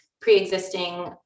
pre-existing